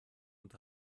und